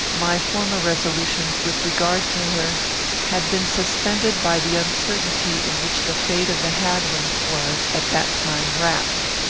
my former resolutions with regard to her had been suspended by the uncertainty in which the fate of the hadwins was, at that time, wrapped.